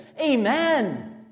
Amen